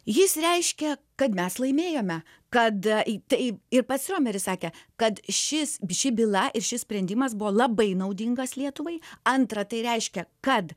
jis reiškė kad mes laimėjome kad į tai ir pats romeris sakė kad šis ši byla ir šis sprendimas buvo labai naudingas lietuvai antra tai reiškė kad